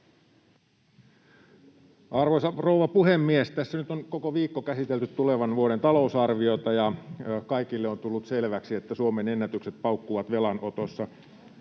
Arvoisa rouva puhemies! Tässä nyt on koko viikko käsitelty tulevan vuoden talousarviota, ja kaikille on tullut selväksi, että suomenennätykset paukkuvat velanotossa.